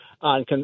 on